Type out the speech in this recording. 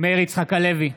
מאיר יצחק הלוי,